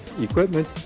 equipment